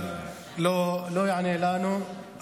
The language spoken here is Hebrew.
אגב, לא ענית על